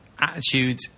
attitude